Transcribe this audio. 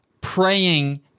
praying